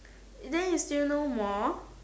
then you still know more